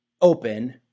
open